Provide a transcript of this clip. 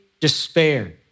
despair